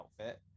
outfit